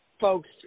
folks